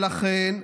ולכן,